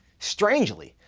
strangely,